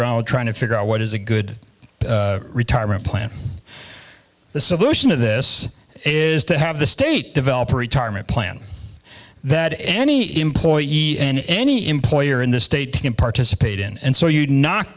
around trying to figure out what is a good retirement plan the solution to this is to have the state develop a retirement plan that any employee and any employer in this state can participate in and so you'd knock